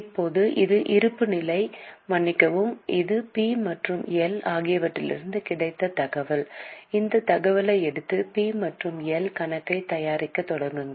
இப்போது இது இருப்புநிலை மன்னிக்கவும் இது பி மற்றும் எல் ஆகியவற்றிலிருந்து கிடைத்த தகவல் இந்த தகவலை எடுத்து பி மற்றும் எல் கணக்கைத் தயாரிக்கத் தொடங்குங்கள்